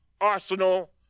arsenal